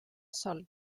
sol